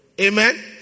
Amen